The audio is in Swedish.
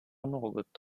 något